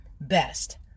best